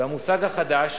והמושג החדש,